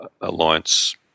alliance